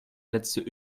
letzte